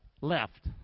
Left